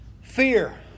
Fear